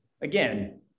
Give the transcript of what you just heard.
again